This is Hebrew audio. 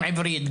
גם עברית,